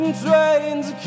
train's